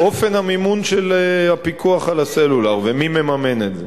אופן המימון של הפיקוח על הסלולר, ומי מממן את זה.